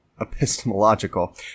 epistemological